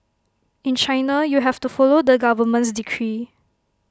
in China you have to follow the government's decree